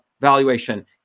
valuation